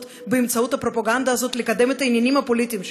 באמצעות הפרופגנדה הזאת לקדם את העניינים הפוליטיים שלהן.